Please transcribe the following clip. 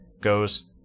goes